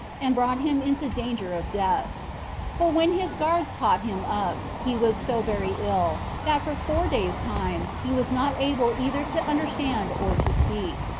and brought him into danger of death for when his guards caught him up, he was so very ill, that for four days' time he was not able either to understand or to speak.